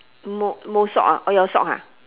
mou mou sock ah oh jau sock ha